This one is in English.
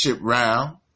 round